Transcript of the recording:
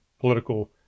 political